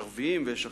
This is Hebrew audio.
ערביים ואחרים.